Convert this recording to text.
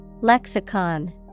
Lexicon